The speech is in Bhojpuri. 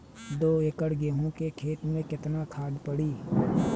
दो एकड़ गेहूँ के खेत मे केतना खाद पड़ी?